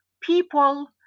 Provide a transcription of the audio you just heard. people